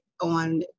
on